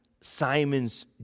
Simon's